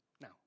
Now